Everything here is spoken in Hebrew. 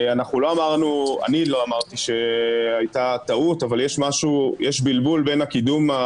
אפשר לשאול שאלות שיש לי לנציגי משרד